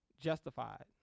justified